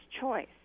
choice